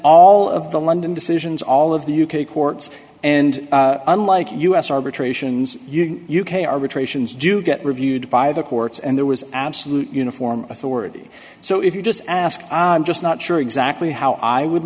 all of the london decisions all of the u k courts and unlike u s arbitrations you u k arbitrations do get reviewed by the courts and there was absolute uniform authority so if you just ask i'm just not sure exactly how i i would